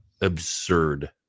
absurd